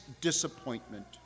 disappointment